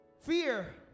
fear